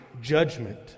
judgment